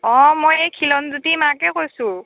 অঁ মই এই খিলনজ্যোতিৰ মাকে কৈছোঁ